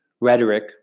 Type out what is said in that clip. rhetoric